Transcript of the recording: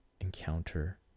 encounter